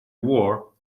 war